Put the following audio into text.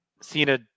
Cena